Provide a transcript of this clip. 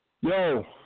Yo